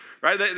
Right